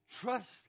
Trust